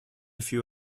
few